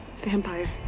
Vampire